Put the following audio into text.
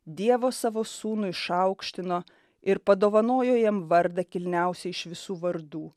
dievo savo sūnui išaukštino ir padovanojo jam vardą kilniausią iš visų vardų